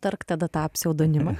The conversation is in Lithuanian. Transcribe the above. tark tada tą pseudonimą